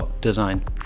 design